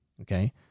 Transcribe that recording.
Okay